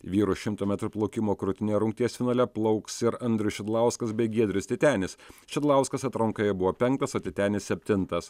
vyrų šimto metrų plaukimo krūtine rungties finale plauks ir andrius šidlauskas bei giedrius titenis šidlauskas atrankoje buvo penktas o titenis septintas